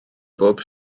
bob